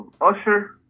Usher